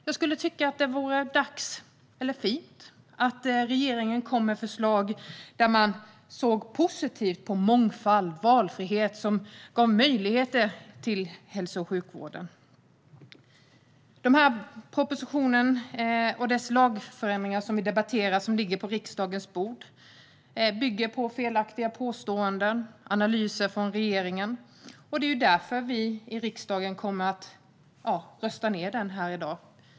Jag tycker att det vore fint om regeringen i stället kom med förslag där man såg positivt på den mångfald och valfrihet som ger möjligheter till hälso och sjukvården. Propositionen med dess lagändringar som nu ligger på riksdagens bord och som vi debatterar bygger på felaktiga påståenden och analyser från regeringen, och det är därför vi här i riksdagen kommer att rösta ned denna proposition i dag.